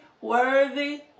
worthy